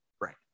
Right